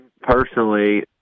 personally